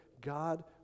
God